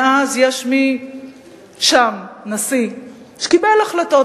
מאז יש שם נשיא שקיבל החלטות,